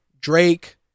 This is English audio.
Drake